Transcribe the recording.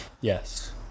Yes